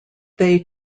they